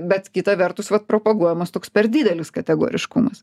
bet kita vertus vat propaguojamas toks per didelis kategoriškumas